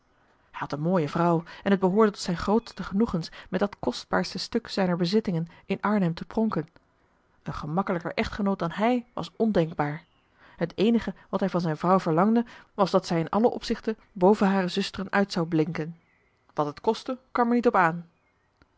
een mooie vrouw en het behoorde tot zijn marcellus emants een drietal novellen grootste genoegens met dat kostbaarste stuk zijner bezittingen in arnhem te pronken een gemakkelijker echtgenoot dan hij was ondenkbaar het eenige wat hij van zijn vrouw verlangde was dat zij in alle opzichten boven hare zusteren uit zou blinken wat het kostte kwam er niet op aan